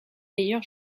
meilleur